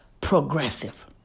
progressive